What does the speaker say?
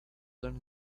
done